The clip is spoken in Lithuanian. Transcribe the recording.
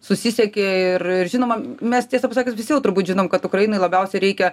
susisiekė ir ir žinoma mes tiesą pasakius visi turbūt žinom kad ukrainai labiausiai reikia